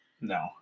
No